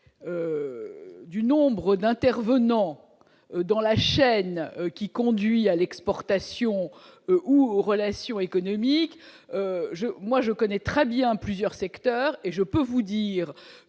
du nombre d'intervenants dans la chaîne qui conduit à l'exportation ou aux relations économiques je, moi je connais très bien, plusieurs secteurs et je peux vous dire